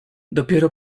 dopiero